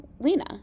Lena